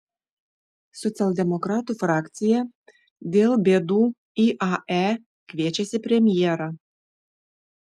socialdemokratų frakcija dėl bėdų iae kviečiasi premjerą